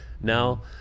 now